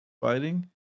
fighting